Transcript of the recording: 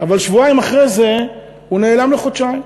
אבל שבועיים אחרי זה הוא נעלם לחודשיים.